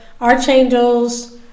archangels